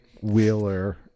Wheeler